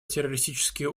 террористические